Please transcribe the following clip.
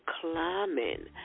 climbing